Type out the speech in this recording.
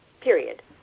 period